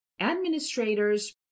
administrators